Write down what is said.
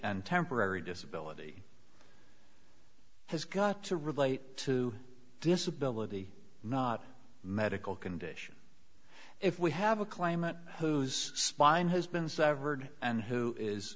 and temporary disability has got to relate to disability not medical condition if we have a climate whose spine has been severed and who is